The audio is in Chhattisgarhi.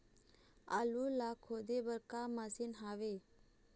आलू ला खोदे बर का मशीन हावे?